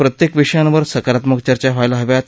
प्रत्यक्तिविषयांवर सकारात्मक चर्चा व्हायला हव्यात